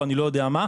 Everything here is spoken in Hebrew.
או אני לא יודע מה,